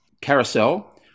carousel